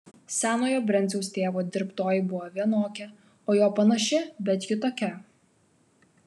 senojo brenciaus tėvo dirbtoji buvo vienokia o jo panaši bet kitokia